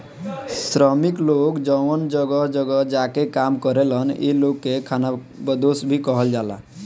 श्रमिक लोग जवन जगह जगह जा के काम करेलन ए लोग के खानाबदोस भी कहल जाला